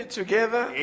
together